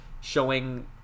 showing